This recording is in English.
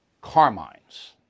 Carmine's